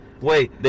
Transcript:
Wait